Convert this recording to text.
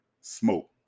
smoke